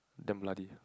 damn bloody